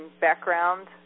background